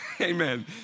amen